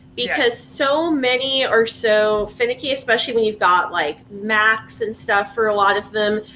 because so many are so finicky, especially when you've got like max and stuff for a lot of them,